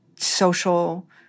social